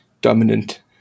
dominant